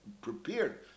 prepared